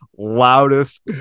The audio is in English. loudest